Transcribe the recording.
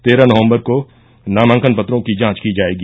तेरह नवम्बर को नामांकन पत्रों की जांच की जायेगी